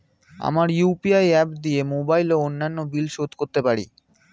আমরা UPI app দিয়ে mobile ও অন্যান্য বিল শোধ করতে পারি